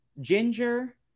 Ginger